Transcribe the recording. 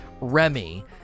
Remy